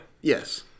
Yes